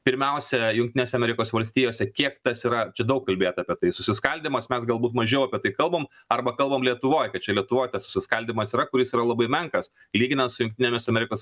pirmiausia jungtinėse amerikos valstijose kiek tas yra čia daug kalbėta apie tai susiskaldymas mes galbūt mažiau apie tai kalbam arba kalbam lietuvoj kad čia lietuvoj tas suskaldymas yra kuris yra labai menkas lyginant su jungtinėmis amerikos